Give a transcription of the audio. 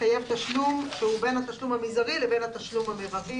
מעבירה את התקציב הזה לבית החולים למרות שהיא לא קיבלה שירות